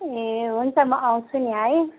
ए हुन्छ म आउँछु नि है